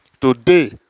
Today